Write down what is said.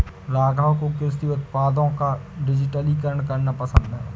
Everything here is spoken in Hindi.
राघव को कृषि उत्पादों का डिजिटलीकरण करना पसंद है